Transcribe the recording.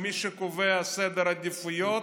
שמי שקובע סדר עדיפויות,